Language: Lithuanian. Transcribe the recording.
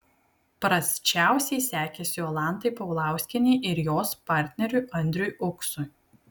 prasčiausiai sekėsi jolantai paulauskienei ir jos partneriui andriui uksui